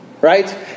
Right